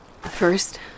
First